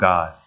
God